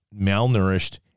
malnourished